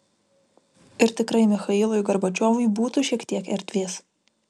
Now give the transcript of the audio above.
ir tikrai michailui gorbačiovui būtų šiek tiek erdvės